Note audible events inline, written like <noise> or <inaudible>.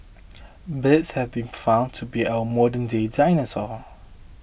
<noise> birds have been found to be our modernday dinosaurs